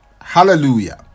Hallelujah